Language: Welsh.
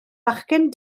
fachgen